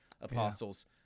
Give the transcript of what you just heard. apostles